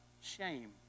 shame